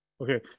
Okay